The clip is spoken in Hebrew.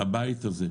הבית הזה,